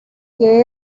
que